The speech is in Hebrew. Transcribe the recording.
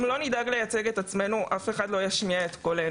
אם לא נדאג לייצג את עצמנו אז אף אחד לא ישמיע את קולנו.